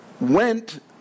went